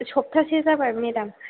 सप्तासे जाबाय मेडाम